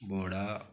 बोडा